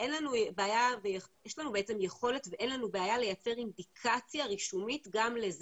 יש לנו בעצם יכולת ואין לנו בעיה לייצר אינדיקציה רישומית גם לזה,